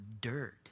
dirt